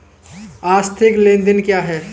आर्थिक लेनदेन क्या है?